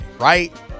right